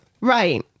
Right